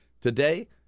Today